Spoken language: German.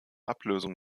ablösung